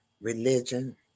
religion